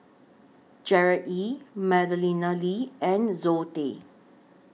Gerard Ee Madeleine Lee and Zoe Tay